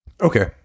Okay